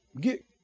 get